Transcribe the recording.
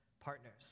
partners